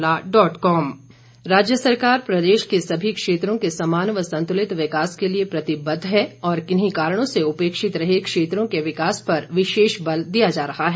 मुख्यमंत्री राज्य सरकार प्रदेश के सभी क्षेत्रों के समान व संतुलित विकास के लिए प्रतिबद्ध है और किन्हीं कारणों से उपेक्षित रहे क्षेत्रों के विकास पर विशेष बल दिया जा रहा है